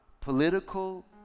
political